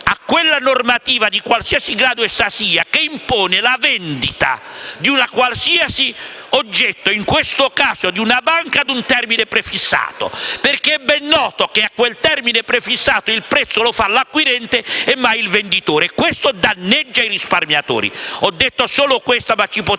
a quella normativa, di qualsiasi grado essa sia, che impone la vendita di un qualsiasi oggetto, in questo caso di una banca, ad un termine prefissato, perché è ben noto che a quel termine prefissato il prezzo lo fa l'acquirente e mai il venditore e questo danneggia i risparmiatori. Mi sono limitato a questo, ma potremmo